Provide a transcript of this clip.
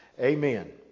Amen